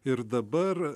ir dabar